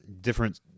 different